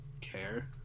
care